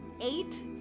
eight